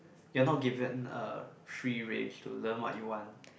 you're not given a free range to learn what you want